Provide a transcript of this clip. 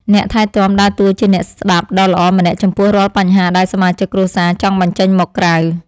អ្នកថែទាំដើរតួជាអ្នកស្តាប់ដ៏ល្អម្នាក់ចំពោះរាល់បញ្ហាដែលសមាជិកគ្រួសារចង់បញ្ចេញមកក្រៅ។